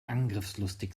angriffslustig